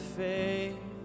faith